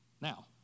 Now